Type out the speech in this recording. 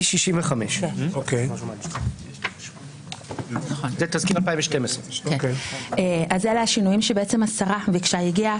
65. זה תזכיר 2012. אלה השינויים שבעצם השרה ביקשה.